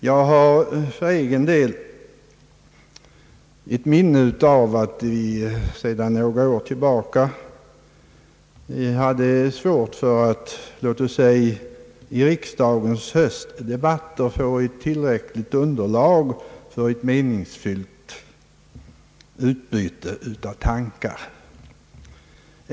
Jag har för egen del ett minne av att vi sedan några år haft svårt för att i riksdagens höstdebatt få ett tillräckligt underlag för ett meningsfyllt utbyte av tankar.